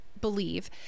believe